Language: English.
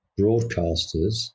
broadcasters